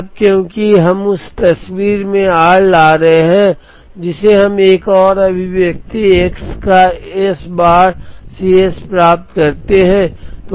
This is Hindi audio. अब क्योंकि हम उस तस्वीर में R ला रहे हैं जिसे हम एक और अभिव्यक्ति X का S बार C s प्राप्त करते हैं